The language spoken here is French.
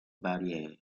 barrière